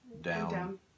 down